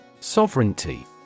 Sovereignty